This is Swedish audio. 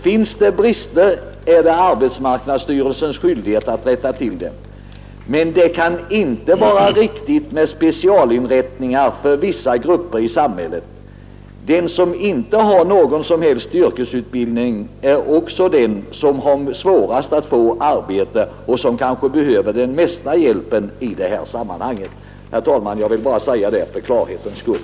Finns det brister är det arbetsmarknadsstyrelsens skyldighet att rätta till dem. Men det kan inte vara riktigt med specialinrättningar för vissa grupper i samhället. Den som inte har någon som helst yrkesutbildning är också den som har svårast att få arbete och som kanske behöver den mesta hjälpen i det här sammanhanget.” Herr talman! Jag ville bara säga detta för klarhetens skull.